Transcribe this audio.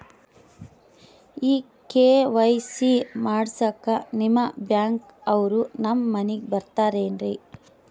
ಈ ಕೆ.ವೈ.ಸಿ ಮಾಡಸಕ್ಕ ನಿಮ ಬ್ಯಾಂಕ ಅವ್ರು ನಮ್ ಮನಿಗ ಬರತಾರೆನ್ರಿ?